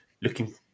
looking